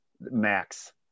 max